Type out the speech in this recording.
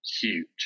huge